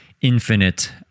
infinite